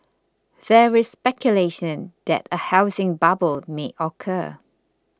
there is speculation that a housing bubble may occur